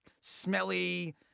smelly